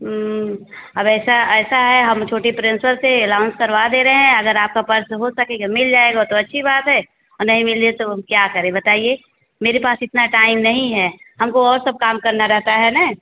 अब ऐसा ऐसा है हम छोटी प्रिन्सपल से अलाउन्स करवा दे रहे हैं अगर आपका पर्स हो सकेगा मिल जाएगा वह तो अच्छी बात है और नहीं मिल तो हम क्या करें बताइए मेरे पास इतना टाइम नहीं है हमको और सब काम करना रहता है ना